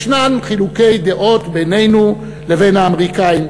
יש חילוקי דעות בינינו לבין האמריקנים,